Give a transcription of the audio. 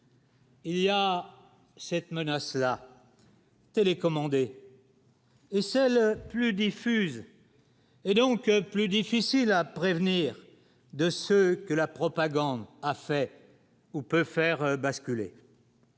Il y a cette menace-là. Télécommandé. Et celle, plus diffuses et donc plus difficiles à prévenir de ce que la propagande a fait ou peut faire basculer.